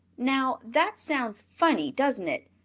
now that sounds funny, doesn't it?